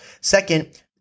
Second